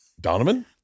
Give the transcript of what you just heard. Donovan